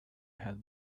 had